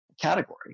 category